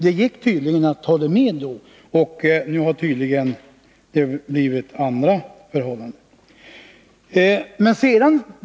Det gick tydligen att ha det med då, men nu har det tydligen blivit andra förhållanden.